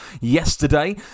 yesterday